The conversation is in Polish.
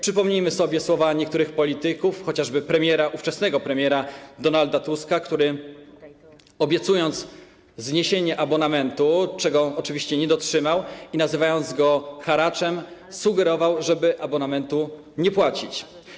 Przypomnijmy sobie słowa niektórych polityków, chociażby ówczesnego premiera Donalda Tuska, który obiecując zniesienie abonamentu, czego oczywiście nie dotrzymał, i nazywając go haraczem, sugerował, żeby abonamentu nie płacić.